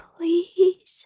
Please